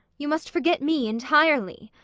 you must forget me entirely.